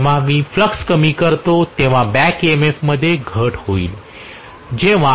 जेव्हा मी फ्लक्स कमी करतो तेव्हा बॅक ईएमएफ मध्ये घट होईल